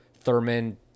Thurman